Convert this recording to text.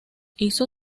hizo